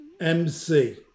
MC